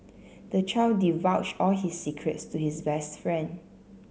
the child divulged all his secrets to his best friend